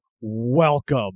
welcome